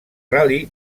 ral·li